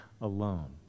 alone